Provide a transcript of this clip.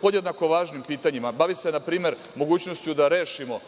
podjednako važnim pitanjima, bavi se npr. mogućnošću da rešimo